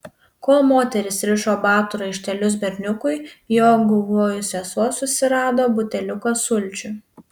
kol moteris rišo batų raištelius berniukui jo guvioji sesuo susirado buteliuką sulčių